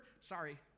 Sorry